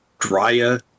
Dryer